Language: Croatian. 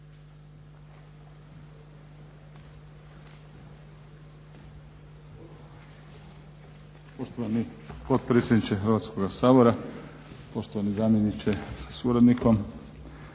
Poštovani potpredsjedniče Hrvatskoga sabora, poštovani zamjeniče sa suradnikom,